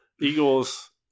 Eagles